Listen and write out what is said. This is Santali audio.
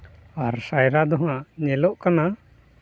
ᱟᱨ ᱥᱟᱭᱨᱟ ᱫᱚᱦᱟᱸᱜ ᱧᱮᱞᱚᱜ ᱠᱟᱱᱟ